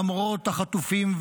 למרות החטופים,